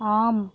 ஆம்